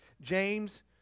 James